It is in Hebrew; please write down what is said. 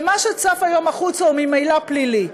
ומה שצף היום החוצה הוא ממילא פלילי,